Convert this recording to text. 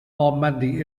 normandy